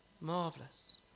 Marvelous